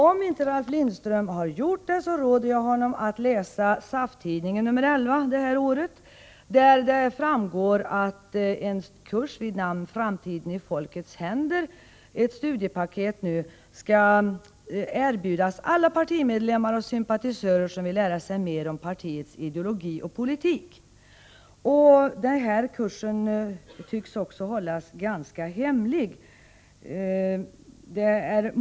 Om inte Ralf Lindström redan har gjort det, råder jag honom att läsa SAF-tidningen, nr 11 detta år. Där kan man läsa att en kurs Framtiden i folkets händer — ett studiepaket — skall erbjudas alla partimedlemmar och sympatisörer som vill lära sig mer om partiets ideologi och politik. Kursen tycks vara ganska hemlig.